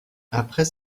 après